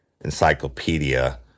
encyclopedia